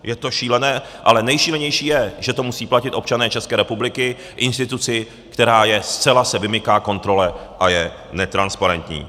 Je to šílené, ale nejšílenější je, že to musejí platit občané České republiky instituci, která se zcela vymyká kontrole a je netransparentní.